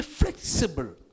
flexible